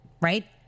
right